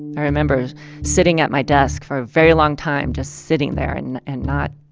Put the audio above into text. i remember sitting at my desk for a very long time, just sitting there, and and not